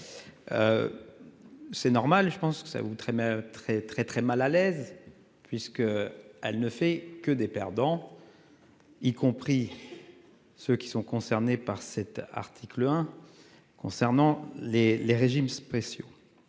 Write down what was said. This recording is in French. C'est normal, je pense que ça vous très très très très mal à l'aise puisque. Elle ne fait que des perdants. Y compris. Ceux qui sont concernés par cet article 1. Concernant les, les régimes spéciaux.